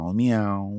meow